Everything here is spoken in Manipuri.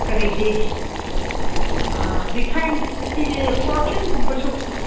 ꯀꯔꯤꯗꯤ ꯔꯤꯐꯥꯏꯟ ꯑꯁꯤꯒꯤ ꯐꯣꯔꯆꯨꯟꯒꯨꯝꯕꯁꯨ